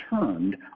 turned